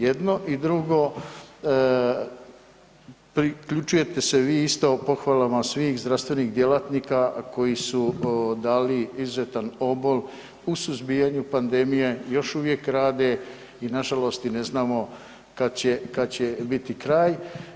Jedno i drugo, priključujete se vi isto pohvalama svih zdravstvenih djelatnika koji su dali izuzetan obol u suzbijanju pandemije, još uvijek rade i nažalost ne znamo kad će biti kraj.